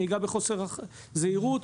נהיגה בחוסר זהירות,